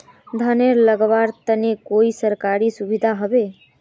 धानेर लगवार तने कोई सरकारी सुविधा होबे?